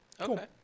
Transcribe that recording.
okay